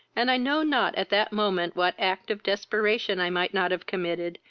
and i know not, at that moment, what act of desperation i might not have committed,